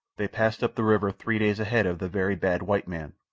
they passed up the river three days ahead of the very bad white man.